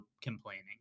complaining